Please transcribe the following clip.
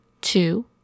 Two